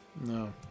no